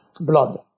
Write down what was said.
blood